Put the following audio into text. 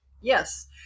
Yes